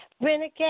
Renegade